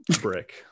brick